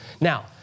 Now